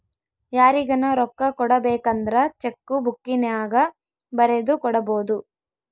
ಯಾರಿಗನ ರೊಕ್ಕ ಕೊಡಬೇಕಂದ್ರ ಚೆಕ್ಕು ಬುಕ್ಕಿನ್ಯಾಗ ಬರೆದು ಕೊಡಬೊದು